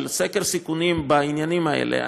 של סקר סיכונים בעניינים האלה,